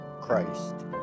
Christ